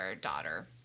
daughter